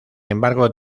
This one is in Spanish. embargo